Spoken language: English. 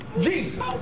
Jesus